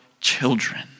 children